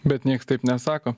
bet niekas taip nesako